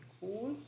cool